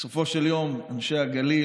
בסופו של יום אנשי הגליל,